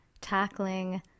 tackling